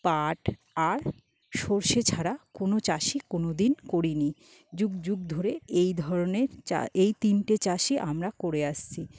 পাট আর সরষে ছাড়া কোনো চাষই কোনোদিন করিনি যুগ যুগ ধরে এই ধরণের চা এই তিনটে চাষই আমরা করে আসছি